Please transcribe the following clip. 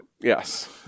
Yes